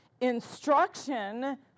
instruction